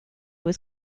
was